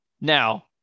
Now